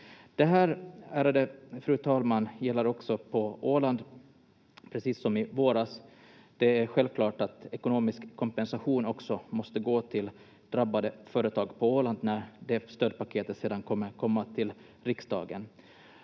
ärade fru talman, gäller också på Åland, precis som i våras. Det är självklart att ekonomisk kompensation också måste gå till drabbade företag på Åland när det stödpaketet sedan kommer att komma till riksdagen.